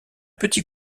petit